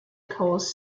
cause